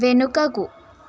వెనుకకు